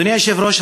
אדוני היושב-ראש,